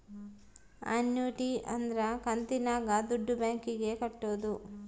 annuity ಅಂದ್ರ ಕಂತಿನಾಗ ದುಡ್ಡು ಬ್ಯಾಂಕ್ ಗೆ ಕಟ್ಟೋದು